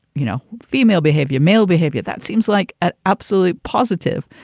you know, female behaviour, male behavior, that seems like an absolutely positive.